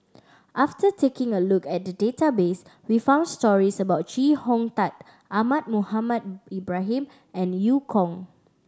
after taking a look at the database we found stories about Chee Hong Tat Ahmad Mohamed Ibrahim and Eu Kong